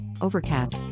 Overcast